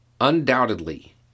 Undoubtedly